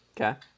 Okay